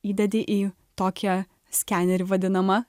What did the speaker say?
įdedi į tokią skenerį vadinamą